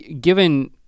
given